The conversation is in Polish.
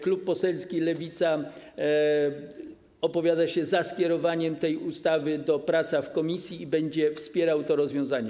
Klub poselski Lewica opowiada się za skierowaniem tej ustawy do pracy w komisji i będzie wspierał to rozwiązanie.